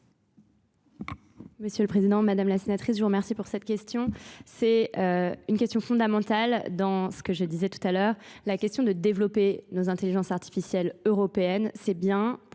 Monsieur le Président, Madame la Sénatrice, je vous remercie pour cette question. C'est une question fondamentale dans ce que je disais tout à l'heure. La question de développer nos intelligences artificielles européennes, c'est bien